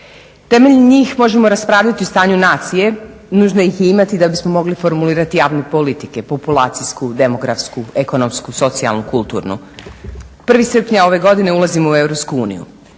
Temeljem njih možemo raspravljati o stanju nacije, nužno ih je imati da bismo mogli formulirati javne politike, populacijsku, demografsku, ekonomsku, socijalnu, kulturnu. 1. srpnja ove godine ulazimo u EU.